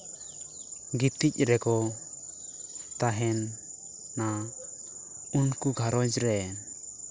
ᱜᱤᱛᱤᱡ ᱨᱮᱠᱚ ᱛᱟᱦᱮᱱᱟ ᱩᱱᱠᱩ ᱜᱷᱟᱨᱚᱸᱡᱽ ᱨᱮ